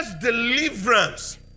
deliverance